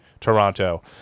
Toronto